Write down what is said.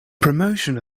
promotion